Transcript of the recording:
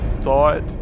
thought